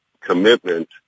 commitment